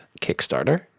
Kickstarter